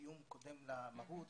הקיום קודם למהות,